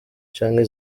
canke